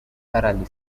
thoroughly